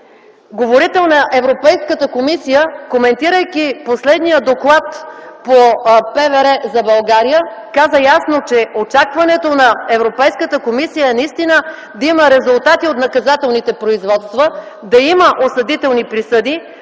говорител на Европейската комисия, коментирайки последния Доклад по правосъдие и вътрешни работи за България каза ясно, че очакването на Европейската комисия е, да има резултати от наказателните производства, да има осъдителни присъди,